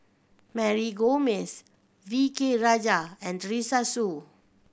Mary Gomes V K Rajah and Teresa Hsu